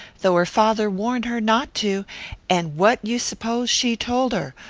though her father warned her not to and what you s'pose she told her?